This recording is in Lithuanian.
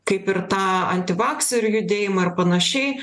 kaip ir tą antivakserių judėjimą ir panašiai